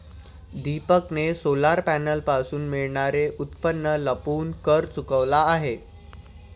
दीपकने सोलर पॅनलपासून मिळणारे उत्पन्न लपवून कर चुकवला आहे